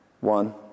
One